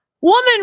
Woman